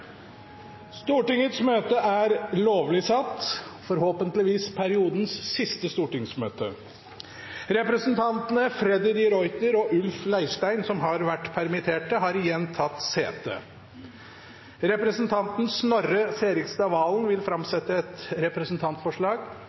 Stortingets møte er lovlig satt – forhåpentligvis periodens siste stortingsmøte! Representantene Freddy de Ruiter og Ulf Leirstein , som har vært permittert, har igjen tatt sete. Representanten Karin Andersen vil framsette to representantforslag.